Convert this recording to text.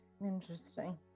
Interesting